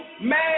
man